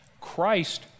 Christ